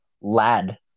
lad